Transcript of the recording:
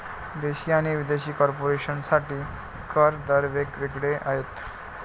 देशी आणि विदेशी कॉर्पोरेशन साठी कर दर वेग वेगळे आहेत